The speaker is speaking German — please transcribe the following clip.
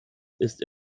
ist